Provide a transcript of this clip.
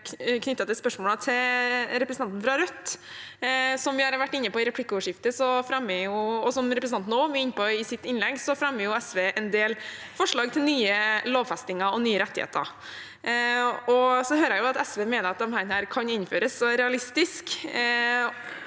i sam- me spor som spørsmålene til representanten fra Rødt. Som vi har vært inne på i replikkordskiftet, og som representanten også var inne på i sitt innlegg, fremmer SV en del forslag til nye lovfestinger og nye rettigheter. Så hører jeg at SV mener at disse kan innføres og er realistiske,